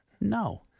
No